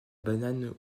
banane